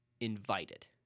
invited